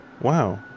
wow